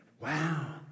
Wow